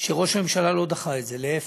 שראש הממשלה לא דחה את זה, להפך.